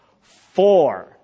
four